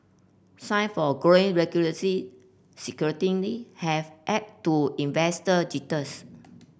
sign of growing regular scrutiny have added to investor jitters